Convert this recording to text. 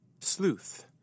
Sleuth